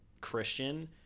Christian